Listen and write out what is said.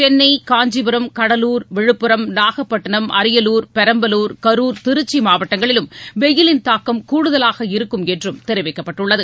சென்னை காஞ்சிபுரம் கடலூர் விழுப்புரம் நாகப்பட்டிணம் அரியலூர் பெரம்பலூர் கரூர் திருச்சி மாவட்டங்களிலும் வெயிலின் தாக்கம் கூடுதலாக இருக்கும் என்றும் தெரிவிக்கப்பட்டுள்ளது